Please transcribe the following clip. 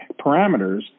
parameters